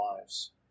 lives